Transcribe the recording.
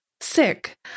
Sick